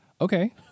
Okay